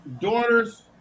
daughter's